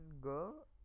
girl